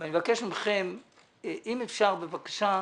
ואני מבקש מכם אם אפשר, בבקשה,